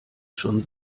schon